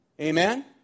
Amen